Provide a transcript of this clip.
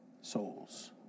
souls